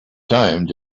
time